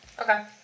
Okay